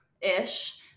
ish